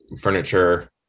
furniture